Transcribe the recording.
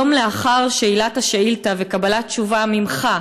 יום לאחר שאילת השאילתה וקבלת תשובה ממך,